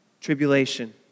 tribulation